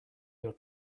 your